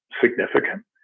significant